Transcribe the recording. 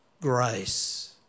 Grace